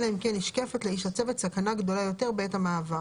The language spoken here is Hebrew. אלא אם כן נשקפת לאיש הצוות סכנה גדולה יותר בעת המעבר.